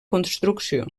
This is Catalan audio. construcció